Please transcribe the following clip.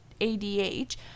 ADH